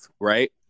right